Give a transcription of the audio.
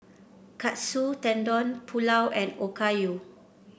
Katsu Tendon Pulao and Okayu